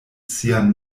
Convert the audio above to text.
sian